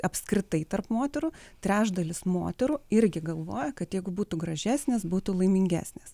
apskritai tarp moterų trečdalis moterų irgi galvoja kad jeigu būtų gražesnės būtų laimingesnės